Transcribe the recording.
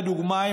לדוגמה,